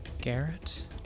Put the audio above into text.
Garrett